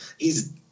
hes